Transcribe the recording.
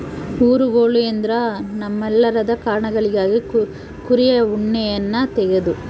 ಊರುಗೋಲು ಎಂದ್ರ ನೈರ್ಮಲ್ಯದ ಕಾರಣಗಳಿಗಾಗಿ ಕುರಿಯ ಉಣ್ಣೆಯನ್ನ ತೆಗೆದು